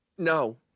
No